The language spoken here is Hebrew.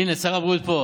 הינה, שר הבריאות פה.